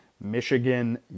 Michigan